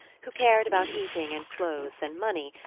who cared about eating and clothes and money,